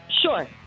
sure